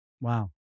Wow